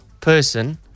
person